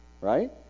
Right